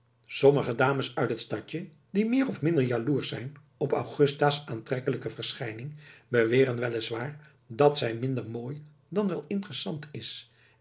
sommige dames uit het stadje die meer of minder jaloersch zijn op augusta's aantrekkelijke verschijning beweren wel is waar dat zij minder mooi dan wel interessant is